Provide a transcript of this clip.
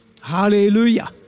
hallelujah